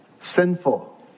sinful